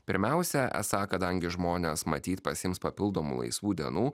pirmiausia esą kadangi žmonės matyt pasiims papildomų laisvų dienų